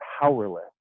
powerless